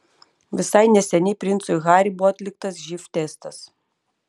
visai neseniai princui harry buvo atliktas živ testas